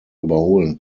überholen